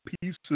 pieces